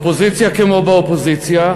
באופוזיציה כמו באופוזיציה,